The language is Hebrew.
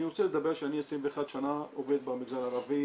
אני רוצה לדבר שאני 21 שנה עובד במגזר הערבי